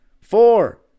Four